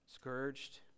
scourged